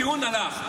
אז הטיעון הלך.